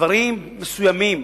דברים מסוימים,